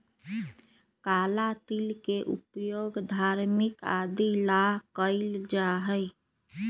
काला तिल के उपयोग धार्मिक आदि ला कइल जाहई